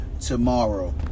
tomorrow